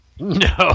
no